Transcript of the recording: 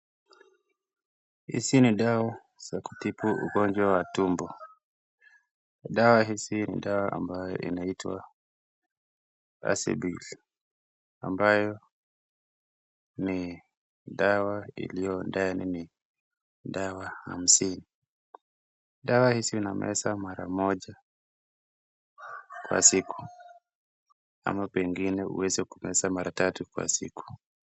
Hizi ni dawa za kutibu ugonjwa wa tumbo, dawa hizi ni dawa ambayo inaitwa "Acidris", ambayo ni dawa iliyo ndani ni dawa hamsini, dawa hizi zinamezwa mara moja kwa siku pengine uweze kumeza mara tatu kwa siku.